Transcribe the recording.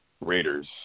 Raiders